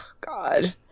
god